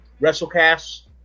WrestleCast